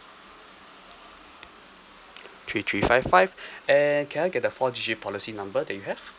three three five five and can I get the four digit policy number that you have